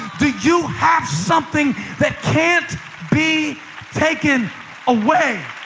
do you have something that can't be taken away?